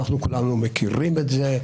אנחנו כולנו מכירים את זה.